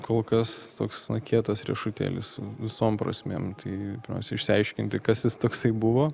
kol kas toks kietas riešutėlis visom prasmėm tai išsiaiškinti kas jis toksai buvo